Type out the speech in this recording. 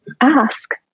ask